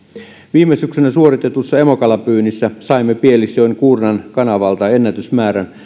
viime syksynä suoritetussa emokalapyynnissä saimme pielisjoen kuurnan kanavalta ennätysmäärän